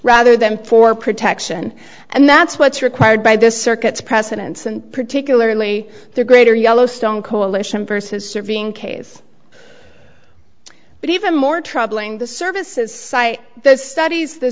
rather than for protection and that's what's required by the circuits precedents and particularly the greater yellowstone coalition versus surveying case but even more troubling the services cite those studies the